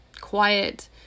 quiet